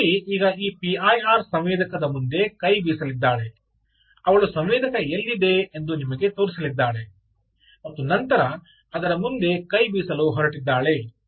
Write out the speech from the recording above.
ಮಾಧುರಿ ಈಗ ಈ ಪಿಐಆರ್ ಸಂವೇದಕದ ಮುಂದೆ ಕೈ ಬೀಸಲಿದ್ದಾಳೆ ಅವಳು ಸಂವೇದಕ ಎಲ್ಲಿದೆ ಎಂದು ನಿಮಗೆ ತೋರಿಸಲಿದ್ದಾಳೆ ಮತ್ತು ನಂತರ ಅದರ ಮುಂದೆ ಕೈ ಬೀಸಲು ಹೊರಟಿದ್ದಾಳೆ